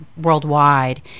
worldwide